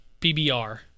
BBR